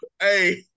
hey